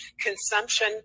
consumption